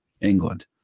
England